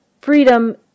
freedom